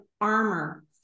armor